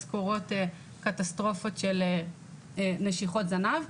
אז קורות קטסטרופות של נשיכות זנב.